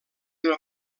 una